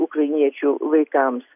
ukrainiečių vaikams